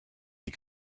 die